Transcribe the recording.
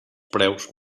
preus